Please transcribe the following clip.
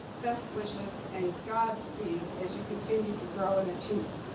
best wishes and godspeed as you continue to grow and achieve.